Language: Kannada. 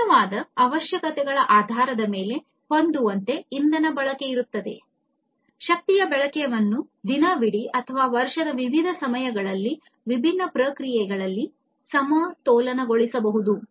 ನಿಖರವಾದ ಅವಶ್ಯಕತೆಗಳ ಆಧಾರದ ಮೇಲೆ ಹೊಂದುವಂತೆ ಇಂಧನ ಬಳಕೆ ಇರುತ್ತದೆ ಶಕ್ತಿಯ ಬಳಕೆಯನ್ನು ದಿನವಿಡೀ ಅಥವಾ ವರ್ಷದ ವಿವಿಧ ಸಮಯಗಳಲ್ಲಿ ವಿಭಿನ್ನ ಪ್ರಕ್ರಿಯೆಗಳಲ್ಲಿ ಸಮತೋಲನಗೊಳಿಸಬಹುದು